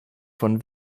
von